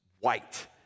white